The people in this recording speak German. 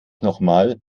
nochmal